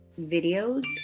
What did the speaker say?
videos